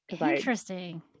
Interesting